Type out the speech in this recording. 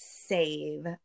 save